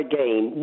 game